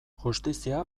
justizia